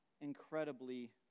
incredibly